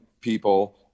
people